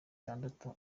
itandatu